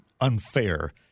unfair